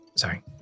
Sorry